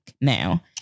now